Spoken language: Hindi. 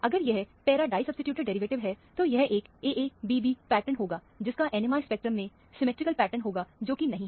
अगर यह पैरा डाईसब्सीट्यूटेड डेरिवेटिव है तो यह एक AA'BB' पेटर्न होगा जिसका NMR स्पेक्ट्रम में सिमिट्रिकल पेटर्न होगा जो कि नहीं है